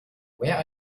where